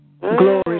glory